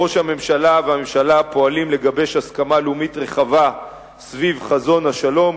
ראש הממשלה והממשלה פועלים לגבש הסכמה לאומית רחבה סביב חזון השלום,